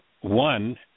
one